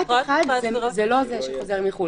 פרט (1) זה לא זה שחוזר מחו"ל.